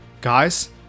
Guys